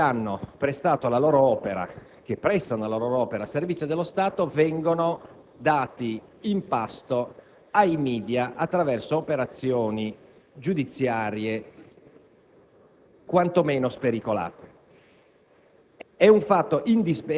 dei Servizi segreti che hanno prestato e prestano la loro opera al servizio dello Stato vengono dati in pasto ai *media* attraverso operazioni giudiziarie quantomeno spericolate.